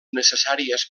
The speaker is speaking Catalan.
necessàries